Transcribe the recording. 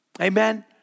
Amen